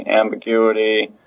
ambiguity